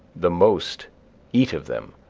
the most eat of them.